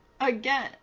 again